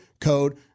code